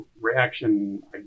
reaction